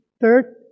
third